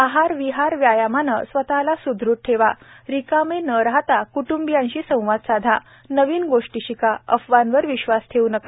आहार विहार व्यायामाने स्वतला स्दृढ ठेवा रिकामे न राहता क्टूंबियांशी संवाद साधा नवीन गोष्टी शिका अफवांवर विश्वास ठेवू नका